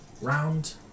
round